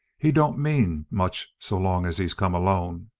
he don't mean much so long as he's come alone.